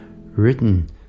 written